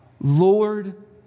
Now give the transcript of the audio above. Lord